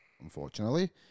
unfortunately